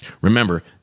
Remember